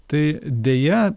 tai deja